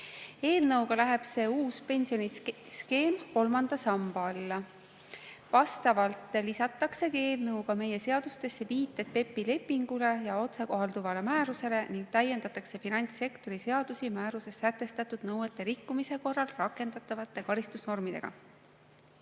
Eelnõuga läheb see uus pensioniskeem kolmanda samba alla. Eelnõuga lisataksegi meie seadustesse viited PEPP-i lepingule ja otsekohalduvale määrusele ning täiendatakse finantssektori seadusi määruses sätestatud nõuete rikkumise korral rakendatavate karistusnormidega. Kuna